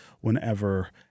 whenever